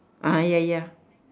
ah ya ya